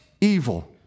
evil